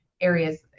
areas